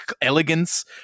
elegance